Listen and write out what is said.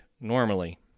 normally